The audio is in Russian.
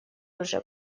уже